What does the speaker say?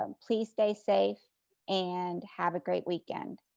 um please stay safe and have a great weekend.